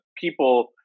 people